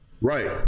Right